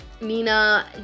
Mina